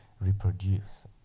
reproduce